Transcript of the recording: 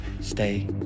stay